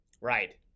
Right